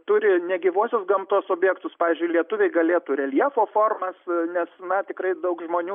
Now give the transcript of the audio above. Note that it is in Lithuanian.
turi negyvosios gamtos objektus pavyzdžiui lietuviai galėtų reljefo formas nes na tikrai daug žmonių